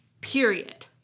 period